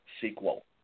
Sequel